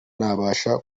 nabasha